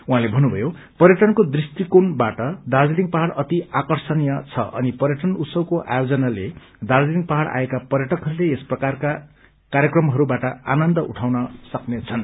उहाँले भन्नुभयो पर्यटनको दृष्टिकोणबाट दार्जीलिङ पहाड़ अति आर्कषणीय छ अनि पर्यटन उत्सवको आयोजनले दार्जीलिङ पाहाड़ आएका पर्यटकहरूले यस प्रकारका कार्यक्रमहरूबाट आनन्द उठाउन सक्नेछन्